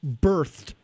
birthed